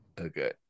Okay